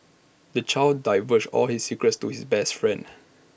the child divulged all his secrets to his best friend